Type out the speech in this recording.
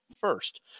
first